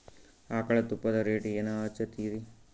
ಆಕಳ ತುಪ್ಪದ ರೇಟ್ ಏನ ಹಚ್ಚತೀರಿ?